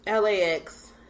LAX